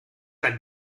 ein